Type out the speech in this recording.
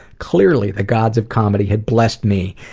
clearly the gods of comedy had blessed me.